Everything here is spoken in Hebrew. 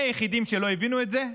מי היחידים שלא הבינו את זה?